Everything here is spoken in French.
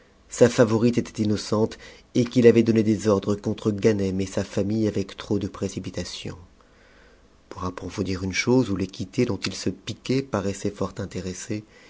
sa favorite était innocente et qu'il avait donné des ordres contre ganem et sa famille avec trop de précipitation pour approfondir une chose où l'équité dont il se piquait paraissait fort intéressée